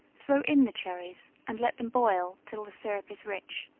throw in the cherries, and let them boil till the syrup is rich.